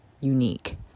unique